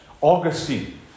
Augustine